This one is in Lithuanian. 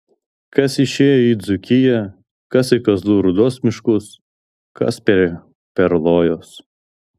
kas išėjo į dzūkiją kas į kazlų rūdos miškus kas prie perlojos